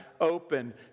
open